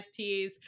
NFTs